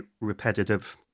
repetitive